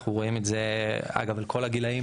אנחנו רואים את זה אגב על כל הגילאים,